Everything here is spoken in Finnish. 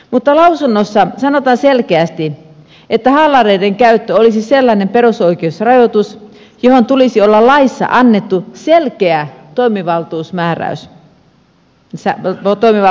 mutta lausunnossa sanotaan selkeästi että haalareiden käyttö olisi sellainen perusoikeusrajoitus johon tulisi olla laissa annettu selkeä toimivaltuussäännös